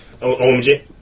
OMG